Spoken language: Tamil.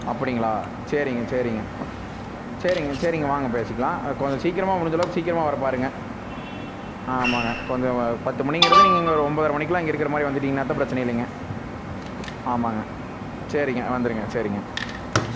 அப்படிங்களா சரிங்க சரிங்க சரிங்க சரிங்க வாங்க பேசிக்கலாம் கொஞ்சம் சீக்கிரமாக முடிந்த அளவுக்கு சீக்கிரமாக வர பாருங்கள் ஆமாங்க கொஞ்சம் பத்து மணிங்கிறதை நீங்கள் இங்கே ஒரு ஒன்பதரை மணிக்கெலாம் இங்கே இருக்கிற மாதிரி வந்துடீங்கன்னால் தான் பிரச்சனை இல்லைங்க ஆமாங்க சரிங்க வந்துடுங்க சரிங்க